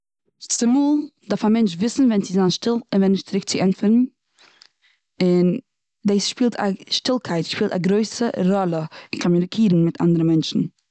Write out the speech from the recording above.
צומאל דארף א מענטש וויסן ווען צו זיין שטיל און ווען נישט צוריק צו ענטפערן. און דאס שפילט א- שטילקייט שפילט א גרויסע ראלע און קאמיוניקירן מיט אנדערע מענטשן.